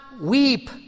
weep